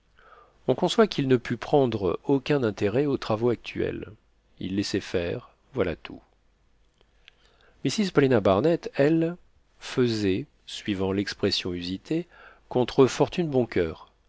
on conçoit qu'il ne pût prendre aucun intérêt aux travaux actuels il laissait faire voilà tout mrs paulina barnett elle faisait suivant l'expression usitée contre fortune bon coeur